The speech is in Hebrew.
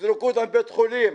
תזרקו אותה מבית חולים.